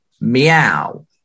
meow